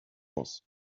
was